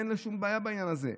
אין לו שום בעיה בעניין הזה.